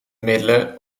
middelen